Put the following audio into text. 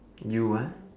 U what